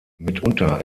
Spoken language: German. mitunter